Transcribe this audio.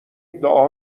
دعا